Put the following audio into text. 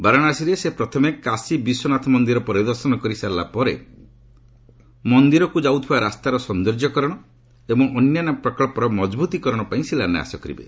ବାରାଣସୀରେ ସେ ପ୍ରଥମେ କାଶି ବିଶ୍ୱନାଥ ମନ୍ଦିର ପରିଦର୍ଶନ କରିସାରିଲା ପରେ ମନ୍ଦିରକୁ ଯାଉଥିବା ରାସ୍ତାର ସୌନ୍ଦର୍ଯ୍ୟ କରଣ ଏବଂ ଅନ୍ୟାନ୍ୟ ପ୍ରକଳ୍ପର ମଜବ୍ରତି କରଣ ପାଇଁ ଶିଳାନ୍ୟାସ କରିବେ